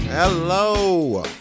hello